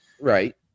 Right